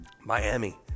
Miami